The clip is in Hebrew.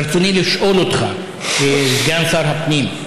ברצוני לשאול אותך, סגן שר הפנים: